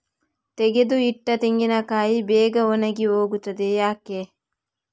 ತೆಗೆದು ಇಟ್ಟ ತೆಂಗಿನಕಾಯಿ ಬೇಗ ಒಣಗಿ ಹೋಗುತ್ತದೆ ಯಾಕೆ?